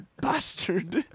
bastard